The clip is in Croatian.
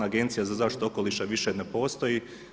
Agencija za zaštitu okoliša više ne postoji.